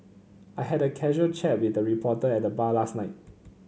I had a casual chat with a reporter at the bar last night